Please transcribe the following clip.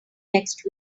next